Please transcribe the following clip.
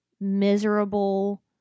miserable